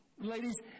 Ladies